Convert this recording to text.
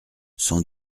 sans